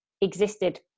existed